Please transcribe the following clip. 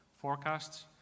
forecasts